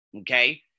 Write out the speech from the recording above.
okay